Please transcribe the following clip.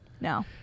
No